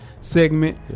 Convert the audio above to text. segment